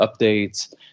updates